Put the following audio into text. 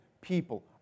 people